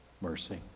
mercy